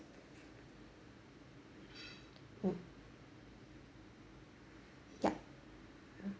mm yup